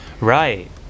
Right